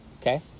Okay